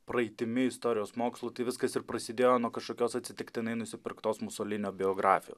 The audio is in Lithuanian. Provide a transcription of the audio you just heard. praeitimi istorijos mokslu tai viskas ir prasidėjo nuo kažkokios atsitiktinai nusipirktos musolinio biografio